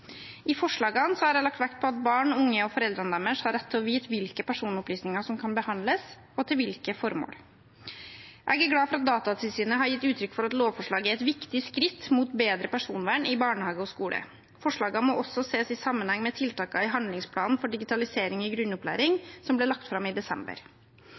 I forslagene har jeg har lagt vekt på at barn, unge og foreldrene deres har rett til å vite hvilke personopplysninger som kan behandles, og til hvilke formål. Jeg er glad for at Datatilsynet har gitt utrykk for at lovforslaget er et viktig skritt mot bedre personvern i barnehage og skole. Forslagene må også ses i sammenheng med tiltakene i handlingsplanen for digitalisering i grunnopplæringen, som ble lagt fram i desember.